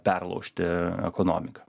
perlaužti ekonomiką